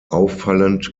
auffallend